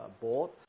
board